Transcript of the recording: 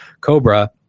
Cobra